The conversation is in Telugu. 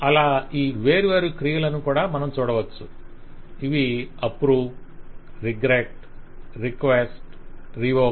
అలా ఈ వేర్వేరు క్రియలను మనం చూడవచ్చు ఇవి అప్రూవ్ రిగ్రెట్ రిక్వెస్ట్ రివోక్